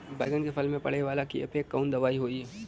बैगन के फल में पड़े वाला कियेपे कवन दवाई होई?